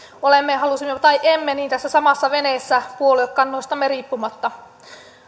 olemme halusimme tai emme tässä samassa veneessä puoluekannoistamme riippumatta